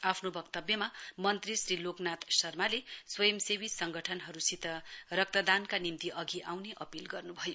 आफ्नो वक्तव्यमा मन्त्री श्री लोकनाथ शर्माले स्वयसेवी संगठनहरूसित रक्तदानका निम्ति अधि आउने अपील गर्न्भयो